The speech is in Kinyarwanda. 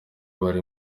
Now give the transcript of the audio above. bari